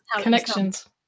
connections